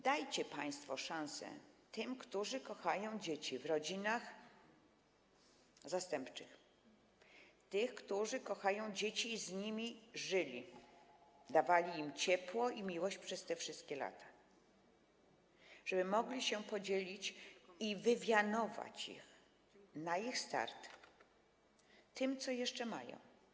Dajcie państwo szansę tym, którzy kochają dzieci w rodzinach zastępczych, tym, którzy kochają te dzieci i z nimi żyli, dawali im ciepło i miłość przez te wszystkie lata, żeby mogli się z nimi podzielić i wywianować ich na start tym, co jeszcze mają.